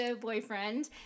boyfriend